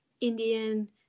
Indian